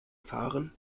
fahren